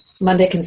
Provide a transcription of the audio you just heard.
Monday